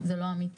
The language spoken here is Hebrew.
זה לא אמיתי,